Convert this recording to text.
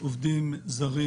8000 עובדים זרים